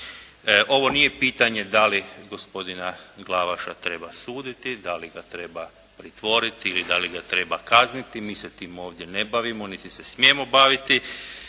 Ovo nije pitanje da li gospodina Glavaša treba suditi, da li ga treba pritvoriti ili da li ga treba kazniti, mi se time ovdje ne bavimo niti se smijemo baviti